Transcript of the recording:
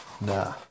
Nah